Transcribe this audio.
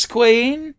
Queen